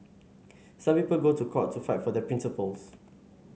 some people go to court to fight for their principles